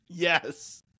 Yes